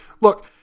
look